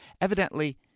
Evidently